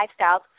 lifestyles